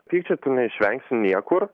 pykčių tu neišvengsi niekur